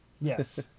Yes